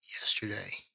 yesterday